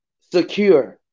Secure